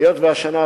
היות שהשנה,